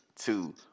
two